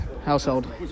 household